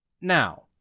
now